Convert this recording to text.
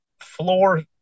floor